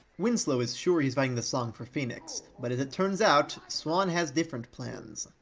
winslow is sure he's writing the song for phoenix, but as it turns out, swan has different plans.